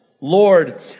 Lord